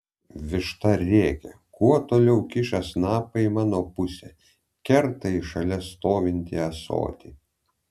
višta rėkia kuo toliau kiša savo snapą į mano pusę kerta į šalia stovintį ąsotį